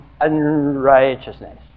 unrighteousness